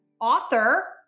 author